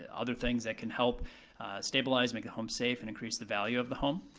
ah other things that can help stabilize, make a home safe, and increase the value of the home.